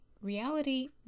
reality